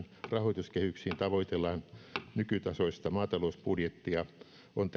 rahoituskehyksiin tavoitellaan nykytasoista maatalousbudjettia on